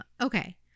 Okay